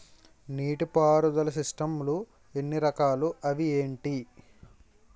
నీటిపారుదల సిస్టమ్ లు ఎన్ని రకాలు? అవి ఏంటి?